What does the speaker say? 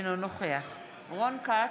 אינו נוכח רון כץ,